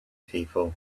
people